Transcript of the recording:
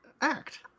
act